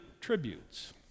tributes